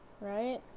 Right